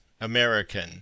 American